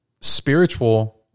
spiritual